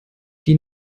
die